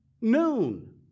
noon